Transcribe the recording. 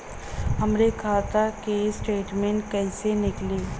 हमरे खाता के स्टेटमेंट कइसे निकली?